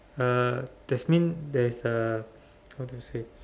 uh that's mean there's a how to say